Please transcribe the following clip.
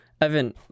Evan